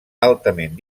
altament